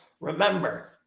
Remember